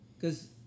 cause